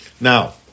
Now